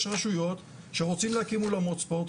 יש רשויות שרוצים להקים אולמות ספורט,